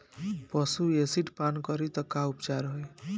पशु एसिड पान करी त का उपचार होई?